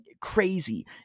crazy